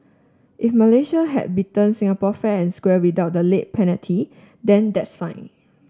if Malaysia had beaten Singapore fair and square without the late penalty then that's fine